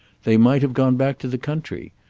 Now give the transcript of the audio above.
they might have gone back to the country,